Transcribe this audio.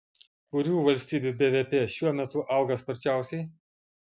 kurių valstybių bvp šiuo metu auga sparčiausiai